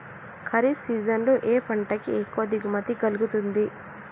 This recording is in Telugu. ఖరీఫ్ సీజన్ లో ఏ పంట కి ఎక్కువ దిగుమతి కలుగుతుంది?